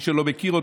למי שלא מכיר,